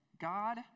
God